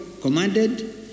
commanded